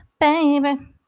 Baby